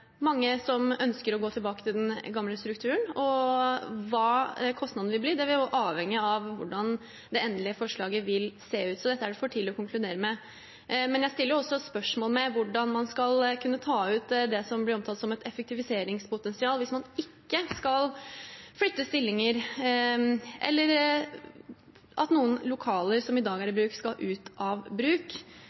mange som ønsker å gå tilbake til den gamle strukturen, og hva kostnadene vil bli. Det vil jo avhenge av hvordan det endelige forslaget vil se ut. Så dette er det for tidlig å konkludere med. Men jeg stiller også spørsmål ved hvordan man skal kunne ta ut det som ble omtalt som et effektiviseringspotensial, hvis man ikke skal flytte stillinger eller ta noen lokaler som i dag er i bruk, ut av bruk.